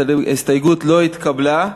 ההסתייגות לא התקבלה.